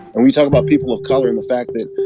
and we talk about people of color and the fact that,